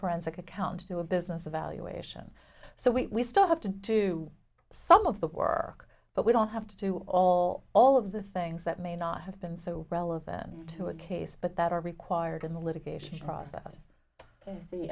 forensic accountant to a business evaluation so we still have to do some of the work but we don't have to do all all of the things that may not have been so relevant to a case but that are required in the litigation process